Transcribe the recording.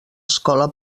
escola